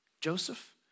Joseph